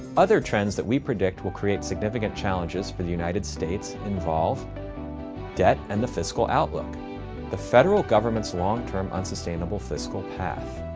other trends that we predict will create significant challenges for the united states involve debt and the fiscal outlook the federal government's long-term unsustainable fiscal path.